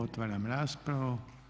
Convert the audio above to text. Otvaram raspravu.